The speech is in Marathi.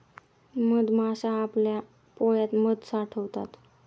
मधमाश्या आपल्या पोळ्यात मध साठवतात